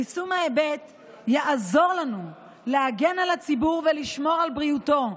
יישום ההיבט יעזור לנו להגן על הציבור ולשמור על בריאותו,